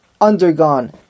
undergone